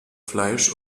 fleisch